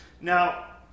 Now